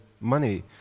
money